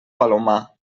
palomar